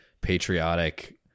patriotic